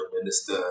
minister